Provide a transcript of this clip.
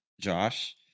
Josh